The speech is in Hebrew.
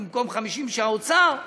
ובמקום 50 שהאוצר קבע,